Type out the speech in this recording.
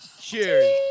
Cheers